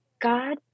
God